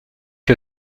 que